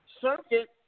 circuit